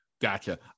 Gotcha